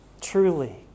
Truly